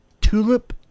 Tulip